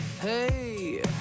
Hey